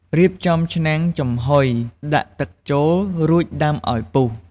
រៀបចំឆ្នាំងចំហុយ ដាក់ទឹកចូល រួចដាំឲ្យពុះ។